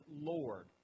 Lord